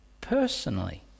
personally